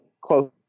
close